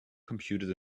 computers